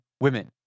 women